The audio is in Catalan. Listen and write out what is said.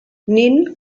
nin